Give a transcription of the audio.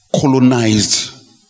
colonized